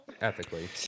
ethically